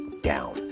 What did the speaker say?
down